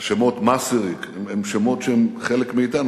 השם מסריק הוא שם שהוא חלק מאתנו,